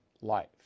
life